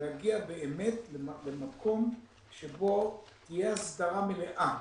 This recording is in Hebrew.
להגיע באמת למקום שבו תהיה הסדרה מלאה